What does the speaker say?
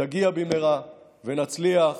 תגיע במהרה, ונצליח,